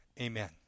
Amen